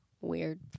weird